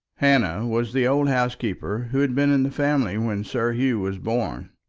hannah was the old housekeeper who had been in the family when sir hugh was born.